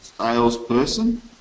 salesperson